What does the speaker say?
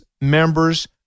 members